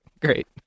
Great